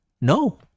No